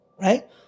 right